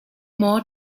more